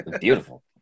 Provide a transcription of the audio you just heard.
Beautiful